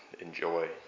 enjoy